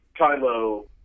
Kylo